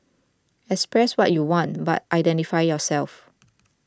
express what you want but identify yourself